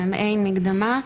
מעין מקדמה,